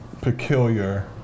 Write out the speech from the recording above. peculiar